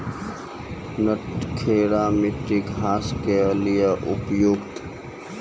नटखेरा मिट्टी घास के लिए उपयुक्त?